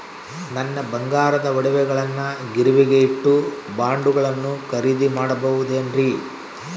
ನನ್ನ ಬಂಗಾರದ ಒಡವೆಗಳನ್ನ ಗಿರಿವಿಗೆ ಇಟ್ಟು ಬಾಂಡುಗಳನ್ನ ಖರೇದಿ ಮಾಡಬಹುದೇನ್ರಿ?